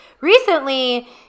recently